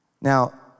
Now